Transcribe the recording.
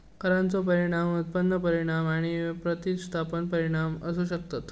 करांचो परिणाम उत्पन्न परिणाम आणि प्रतिस्थापन परिणाम असू शकतत